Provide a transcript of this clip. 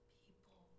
people